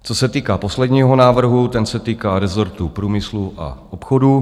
Co se týká posledního návrhu, ten se týká rezortu průmyslu a obchodu.